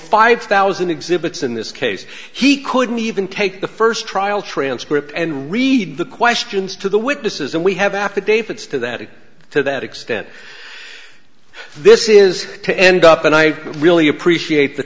five thousand exhibits in this case he couldn't even take the first trial transcript and read the questions to the witnesses and we have affidavits to that it to that extent this is to end up and i really appreciate the